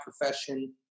profession